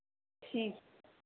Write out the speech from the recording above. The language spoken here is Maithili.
ठीक